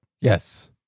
Yes